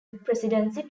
presidency